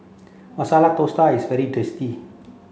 Masala Dosa is very tasty